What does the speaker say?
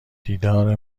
دیدار